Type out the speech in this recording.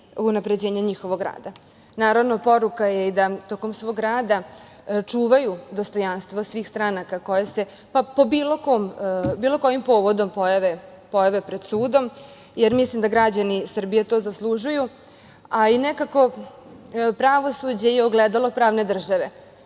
unapređenje njihovog rada. Naravno, poruka je i da tokom svog rada čuvaju dostojanstvo svih stranaka koje se bilo kojim povodom pojave pred sudom, jer mislim da građani Srbije to zaslužuju. Pravosuđe je ogledalo pravne države